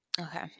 okay